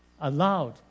allowed